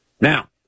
Now